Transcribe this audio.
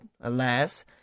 alas